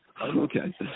Okay